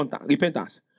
repentance